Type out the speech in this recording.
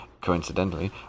coincidentally